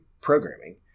programming